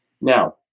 Now